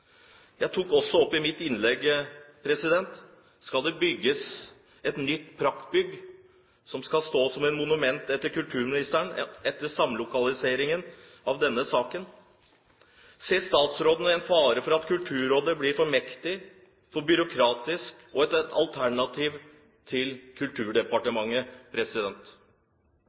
Jeg tok også i mitt innlegg opp: Skal det bygges et nytt praktbygg som skal stå som et monument etter kulturministeren, etter samlokaliseringen i denne saken? Ser statsråden en fare for at Kulturrådet blir for mektig, for byråkratisk og et alternativ til Kulturdepartementet?